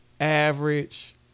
average